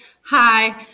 hi